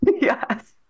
yes